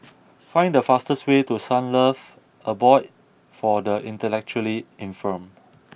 find the fastest way to Sunlove Abode for the Intellectually Infirmed